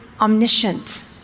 omniscient